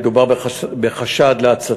במקרים שבהם מדובר בחשד להצתה,